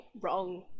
wrong